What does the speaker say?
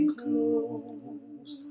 close